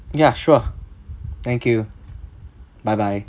ya sure thank you bye bye